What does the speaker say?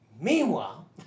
Meanwhile